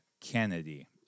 Kennedy